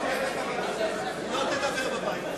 היא לא תדבר בבית הזה.